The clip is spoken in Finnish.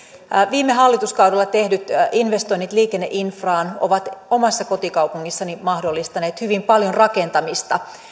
viime hallituskaudella tehdyt investoinnit liikenneinfraan ovat omassa kotikaupungissani mahdollistaneet hyvin paljon rakentamista